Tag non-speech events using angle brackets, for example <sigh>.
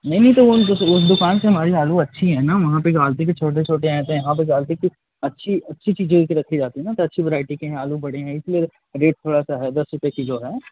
नहीं नहीं तो उन उस दुकान से हमारी आलू अच्छी है ना वहाँ पर <unintelligible> भी छोटे छोटे हैं यहाँ पर <unintelligible> अच्छी अच्छी चीजें रखी जाती हैं ना तो अच्छी वैरायटी के आलू बड़े हैं इसीलिए रेट थोड़ा सा है दस रुपए किलो है